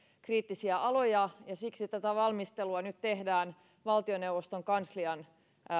kriittisiä aloja ja siksi tätä valmistelua nyt tehdään valtioneuvoston kanslian